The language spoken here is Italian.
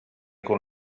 con